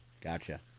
Gotcha